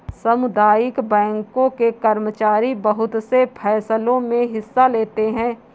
सामुदायिक बैंकों के कर्मचारी बहुत से फैंसलों मे हिस्सा लेते हैं